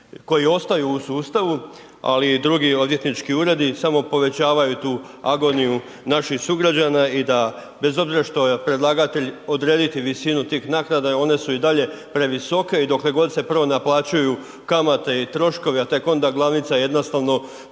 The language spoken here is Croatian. koji ostaju u sustavu ali i drugi odvjetnički uredi samo povećavaju tu agoniju naših sugrađana i da bez obzira što je predlagatelj odrediti visinu tih naknada, one su i dalje previsoke i dokle god se prvo naplaćuju kamate i troškovi a tek onda glavnica jednostavno